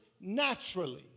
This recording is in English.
naturally